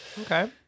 Okay